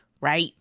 right